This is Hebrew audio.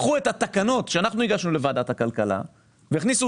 לקחו את התקנות שהגשנו לוועדת הכלכלה והכניסו